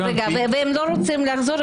והם לא רוצים לחזור,